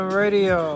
radio